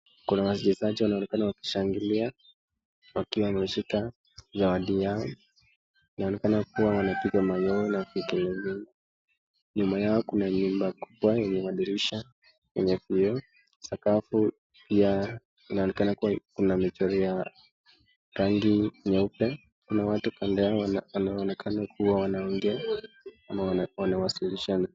Kuna wachezaji wanaonekana wakishangilia wakiwa wameshika zawadi yao. Inaonekana kuwa wanapiga mayowe na vigelegele. Nyuma yao kuna nyumba kubwa yenye madirisha yenye pia sakafu, pia inaonekana kuwa kuna michoro ya rangi nyeupe. Kuna watu kando yao wanaonekana kuwa wanaongea ama wanawasilisha.